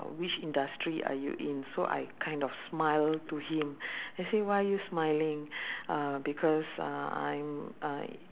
which industry are you in so I kind of smiled to him he say why are you smiling uh because uh I'm I